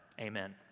Amen